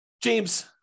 James